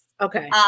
Okay